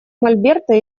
мольберта